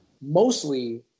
mostly